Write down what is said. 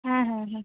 হ্যাঁ হ্যাঁ হ্যাঁ